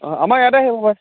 অ আমাৰ ইয়াতে আহিব পাৰে